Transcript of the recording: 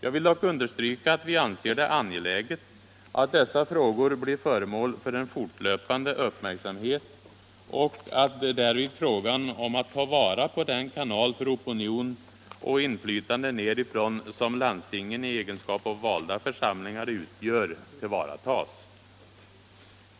Jag vill dock understryka att vi anser det angeläget att dessa frågor blir föremål för en fortlöpande uppmärksamhet och att därvid frågorna om att ta vara på den kanal för opinion och inflytande nedifrån, som landstingen i egenskap av valda församlingar utgör, tillvaratas.